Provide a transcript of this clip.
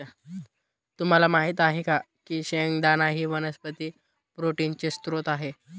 तुम्हाला माहित आहे का की शेंगदाणा ही वनस्पती प्रोटीनचे स्त्रोत आहे